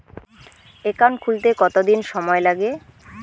Account খুলতে কতদিন সময় লাগে?